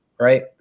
Right